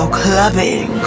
clubbing